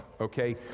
okay